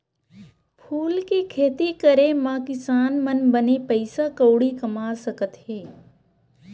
फूल के खेती करे मा किसान मन बने पइसा कउड़ी कमा सकत हे